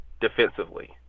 defensively